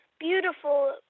beautiful